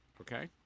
Okay